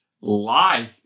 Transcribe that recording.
life